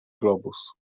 globus